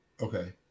Okay